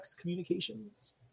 Communications